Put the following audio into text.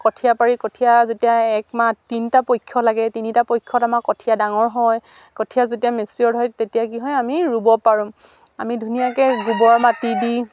কঠীয়া পাৰি কঠীয়া যেতিয়া একমাহ তিনটা পক্ষ লাগে তিনিটা পক্ষত আমাৰ কঠীয়া ডাঙৰ হয় কঠীয়া যেতিয়া মেচিয়ৰ হয় তেতিয়া কি হয় আমি ৰুব পাৰোঁ আমি ধুনীয়াকে গোবৰ মাটি দি